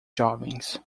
jovens